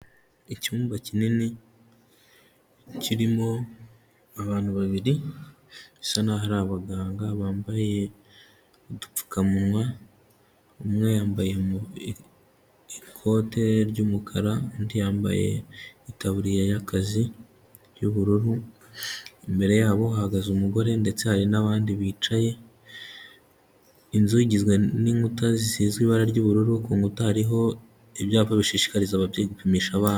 Icyumba kinini kirimo abantu babiri bisa naho ari abaganga bambaye udupfukamunwa, umwe yambaye ikote ry'umukara undi yambaye itaburiya y'akazi y'ubururu imbere yabo hahagaze umugore ndetse hari n'bandi bicaye, inzu igizwe n'inkuta zisizwe ibara ry'ubururu ku nkuta harih’ibyapa bishishikariza ababyeyi gupimisha abana...